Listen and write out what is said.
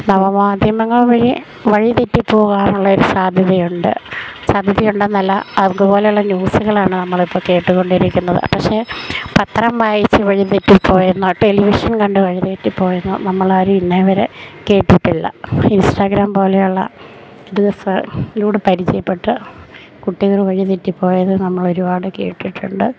നവമാധ്യമങ്ങള് വഴി വഴിതെറ്റി പോകാനുള്ള ഒരു സാധ്യതയുണ്ട് സാധ്യതയുണ്ട് എന്നല്ല അക് അതുപോലെയുള്ള ന്യൂസുകളാണ് നമ്മളിപ്പം കേട്ടുകൊണ്ടിരിക്കുന്നത് പക്ഷേ പത്രം വായിച്ച് വഴിതെറ്റിപ്പോയെന്നോ ടെലിവിഷൻ കണ്ട് വഴിതെറ്റിപ്പോയെന്നോ നമ്മളാരും ഇന്നേവരെ കേട്ടിട്ടില്ല ഇൻസ്റ്റാഗ്രാം പോലെയുള്ള ദിവസ് ലൂടെ പരിചയപ്പെട്ട് കുട്ടികൾ വഴിതെറ്റിപ്പോയത് നമ്മളൊരുപാട് കേട്ടിട്ടുണ്ട്